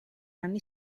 anni